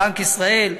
בנק ישראל,